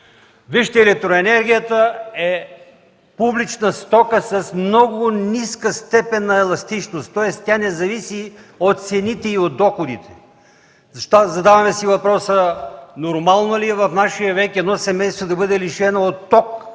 сметките. Електроенергията е публична стока с много ниска степен на еластичност, тоест тя не зависи от цените и от доходите. Задаваме си въпроса: нормално ли е в нашия век едно семейство да бъде лишено от ток,